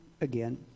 again